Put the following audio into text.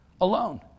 alone